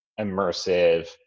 immersive